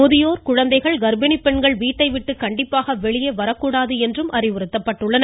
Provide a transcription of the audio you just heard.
முதியோர் குழந்தைகள் காப்பிணிகள் வீட்டை விட்டு கண்டிப்பாக வெளியே வரக்கூடாது என்றும் அறிவுறுத்தப்பட்டுள்ளது